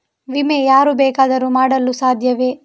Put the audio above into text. ವಿಮೆ ಯಾರು ಬೇಕಾದರೂ ಮಾಡಲು ಸಾಧ್ಯವೇ?